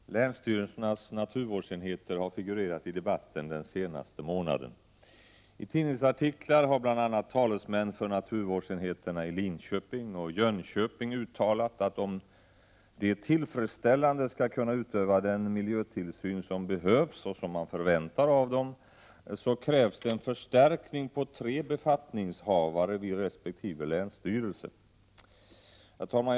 Herr talman! Länsstyrelsernas naturvårdsenheter har figurerat i debatten den senaste månaden. I tidningsartiklar har bl.a. talesmän för naturvårdsenheterna i Linköping och Jönköping uttalat, att om de på ett tillfredsställande sätt skall kunna utöva den miljötillsyn som behövs och som man förväntar av dem, krävs det en förstärkning med tre befattningshavare vid resp. länsstyrelse. Herr talman!